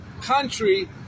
country